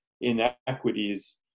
inequities